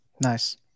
Nice